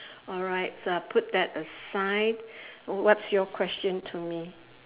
alright so I'll put that aside what's your question to me